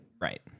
right